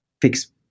fix